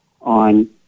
on